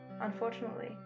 unfortunately